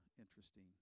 interesting